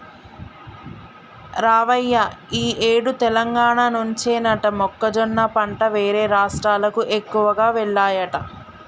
రావయ్య ఈ ఏడు తెలంగాణ నుంచేనట మొక్కజొన్న పంట వేరే రాష్ట్రాలకు ఎక్కువగా వెల్లాయట